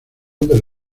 del